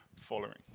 following